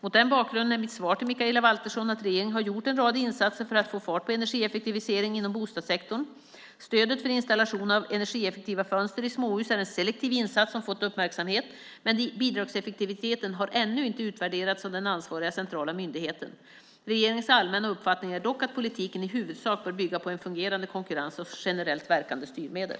Mot den bakgrunden är mitt svar till Mikaela Valtersson att regeringen har gjort en rad insatser för att få fart på energieffektiviseringen inom bostadssektorn. Stödet för installation av energieffektiva fönster i småhus är en selektiv insats som fått uppmärksamhet, men bidragseffektiviteten har ännu inte utvärderats av den ansvariga, centrala myndigheten. Regeringens allmänna uppfattning är dock att politiken i huvudsak bör bygga på en fungerande konkurrens och generellt verkande styrmedel.